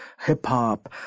hip-hop